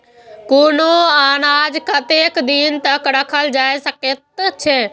कुनू अनाज कतेक दिन तक रखल जाई सकऐत छै?